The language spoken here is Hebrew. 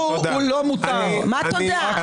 מה תודה?